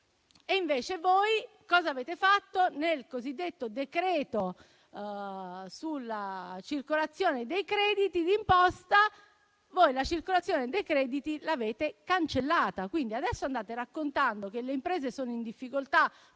Voi invece, nel cosiddetto decreto sulla circolazione dei crediti d'imposta, la circolazione dei crediti l'avete cancellata. Adesso andate raccontando che le imprese sono in difficoltà